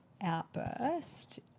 outburst